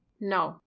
no